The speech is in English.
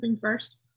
first